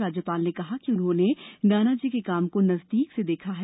राज्यपाल ने कहा कि उन्होंने नानाजी के काम को नजदीकी से देखा है